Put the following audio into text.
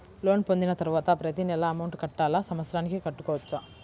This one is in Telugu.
లోన్ పొందిన తరువాత ప్రతి నెల అమౌంట్ కట్టాలా? సంవత్సరానికి కట్టుకోవచ్చా?